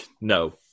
No